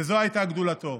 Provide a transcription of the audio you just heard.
זו הייתה גדולתו,